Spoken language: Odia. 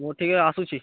ମୁଁ ଟିକେ ଆସୁଛି